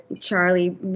Charlie